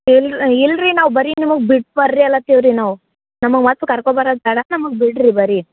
ಇಲ್ಲ ಇಲ್ರಿ ನಾವು ಬರಿ ನಿಮ್ಗ ಬಿಟ್ಟು ಬರ್ರೀ ಅಲತೀವಿ ರೀ ನಾವು ನಮ್ಗೆ ಮತ್ತೆ ಕರ್ಕೊಂಡು ಬರೋದು ಬೇಡ ನಮ್ಗ ಬಿಡ್ರಿ ಬರಿ